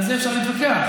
על זה אפשר להתווכח.